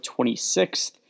26th